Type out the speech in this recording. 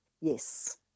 Yes